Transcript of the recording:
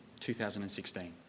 2016